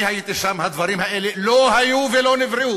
אני הייתי שם, הדברים האלה לא היו ולא נבראו.